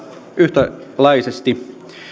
yhtäläisesti